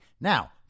Now